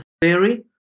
theory